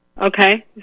Okay